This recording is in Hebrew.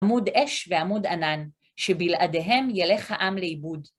עמוד אש ועמוד ענן, שבלעדיהם ילך העם לאיבוד.